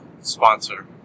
sponsor